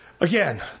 Again